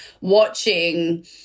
watching